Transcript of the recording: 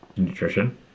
nutrition